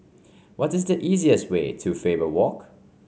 what is the easiest way to Faber Walk